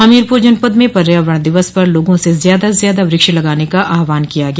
हमीरपुर जनपद में पर्यावरण दिवस पर लोगों से ज्यादा से ज्यादा वृक्ष लगाने का आह्वान किया गया